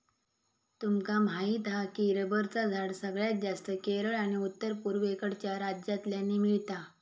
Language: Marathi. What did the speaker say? तुमका माहीत हा की रबरचा झाड सगळ्यात जास्तं केरळ आणि उत्तर पुर्वेकडच्या राज्यांतल्यानी मिळता